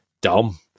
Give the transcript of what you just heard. dumb